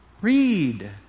Read